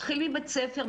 מתחיל מבית ספר,